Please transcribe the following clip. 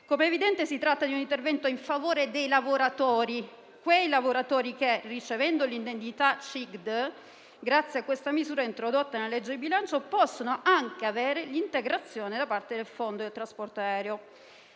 Come è evidente, si tratta di un intervento in favore dei lavoratori, che, ricevendo l'indennità CIGD, grazie alla misura introdotta nelle legge di bilancio, possono anche avere l'integrazione da parte del Fondo per il settore